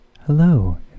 Hello